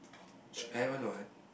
should have one what